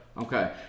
Okay